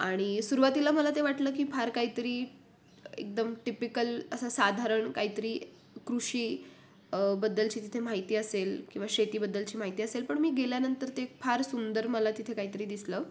आणि सुरुवातीला मला ते वाटलं की फार काहीतरी एकदम टिपिकल असं साधारण काहीतरी कृषी बद्दलची तिथे माहिती असेल किंवा शेतीबद्दलची माहिती असेल पण मी गेल्यानंतर ते फार सुंदर मला तिथे काहीतरी दिसलं